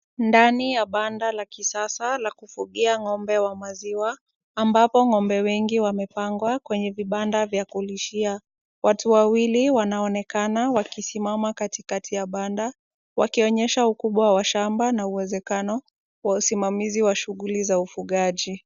Ndani ya banda la kisasa la kufugia ng'ombe wa maziwa ambapo ng'ombe wengi wamepangwa kwenye vibanda vya kulishia. Watu wawili wanaonekana wakisimama katikati ya banda wakionyesha ukubwa wa shamba na uwezekano wa usimamizi wa shughuli za ufugaji.